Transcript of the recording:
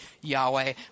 Yahweh